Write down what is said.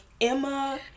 Emma